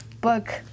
Book